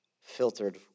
filtered